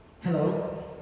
Hello